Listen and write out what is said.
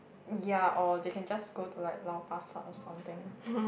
ya or they can just go to like Lau Pa Sat or something